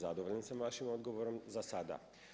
Zadovoljan sam vašim odgovorom zasada.